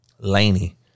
Laney